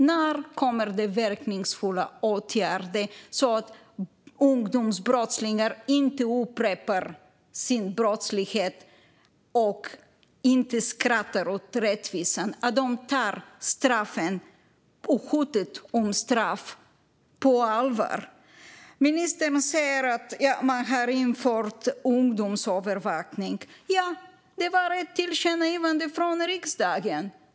När kommer det verkningsfulla åtgärder så att ungdomsbrottslingar inte upprepar sin brottslighet och inte skrattar åt rättvisan utan tar straffen och hotet om straff på allvar? Ministern säger att man har infört ungdomsövervakning. Ja, det var ett tillkännagivande från riksdagen.